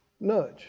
nudge